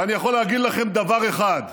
ואני יכול להגיד לכם דבר אחד,